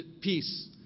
peace